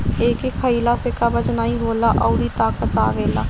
एके खइला से कब्ज नाइ होला अउरी ताकत आवेला